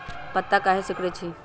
पत्ता काहे सिकुड़े छई?